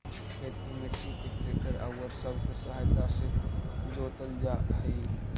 खेत के मट्टी के ट्रैक्टर औउर सब के सहायता से जोतल जा हई